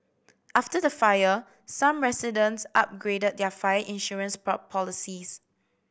after the fire some residents upgraded their fire insurance policies